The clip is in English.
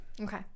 Okay